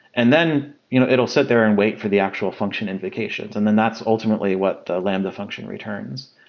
and then you know it'll sit there and wait for the actual function implications, and then that's ultimately what the lambda function returns.